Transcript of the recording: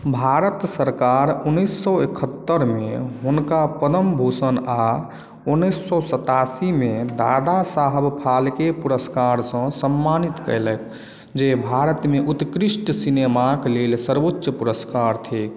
भारत सरकार उन्नैस से एकहत्तरिमे हुनका पद्म भूषण आ उन्नैस से सतासीमे दादा साहब फाल्के पुरस्कारसँ सम्मानित कयलक जे भारतमे उत्कृष्ट सिनेमाक लेल सर्वोच्च पुरस्कार थिक